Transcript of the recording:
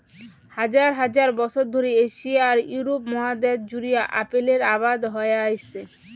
হাজার হাজার বছর ধরি এশিয়া আর ইউরোপ মহাদ্যাশ জুড়িয়া আপেলের আবাদ হয়া আইসছে